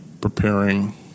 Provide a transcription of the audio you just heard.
preparing